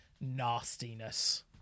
nastiness